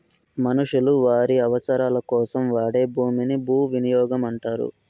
మనుషులు వారి అవసరాలకోసం వాడే భూమిని భూవినియోగం అంటారు